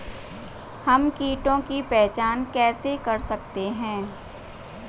हम कीटों की पहचान कैसे कर सकते हैं?